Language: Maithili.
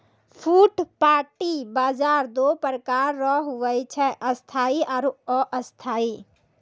फुटपाटी बाजार दो प्रकार रो हुवै छै स्थायी आरु अस्थायी